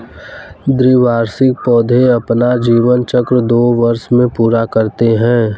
द्विवार्षिक पौधे अपना जीवन चक्र दो वर्ष में पूरा करते है